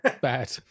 bad